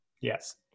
Yes